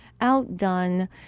outdone